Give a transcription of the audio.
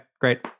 great